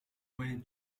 when